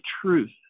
truth